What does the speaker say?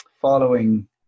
following